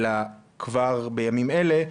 אלא כבר בימים אלה.